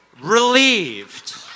relieved